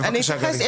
בבקשה, גלי.